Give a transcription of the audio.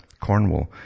Cornwall